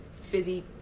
Fizzy